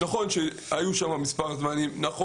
נכון שהם היו שם ימים ארוכים,